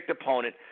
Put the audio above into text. opponent